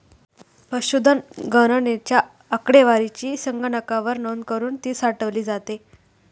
पशुधन गणनेच्या आकडेवारीची संगणकावर नोंद करुन ती साठवली जाते